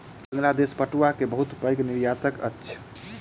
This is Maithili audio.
बांग्लादेश पटुआ के बहुत पैघ निर्यातक अछि